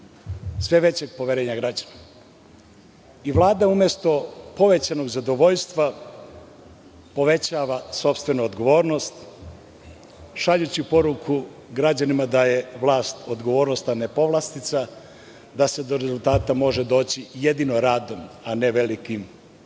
sve većeg poverenja građana. Vlada umesto povećanog zadovoljstva povećava sopstvenu odgovornost, šaljući poruku građanima da je vlast odgovornost, a ne povlastica, da se do rezultata može doći jedini radom a ne velikim